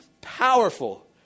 powerful